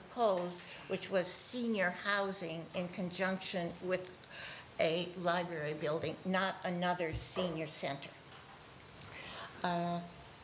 proposed which was senior housing in conjunction with a library building not another senior center